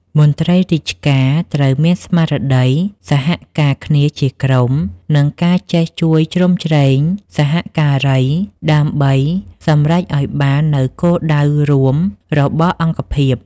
មន្ត្រីរាជការត្រូវមានស្មារតីសហការគ្នាជាក្រុម និងការចេះជួយជ្រោមជ្រែងសហការី ដើម្បីសម្រេចឱ្យបាននូវគោលដៅរួមរបស់អង្គភាព។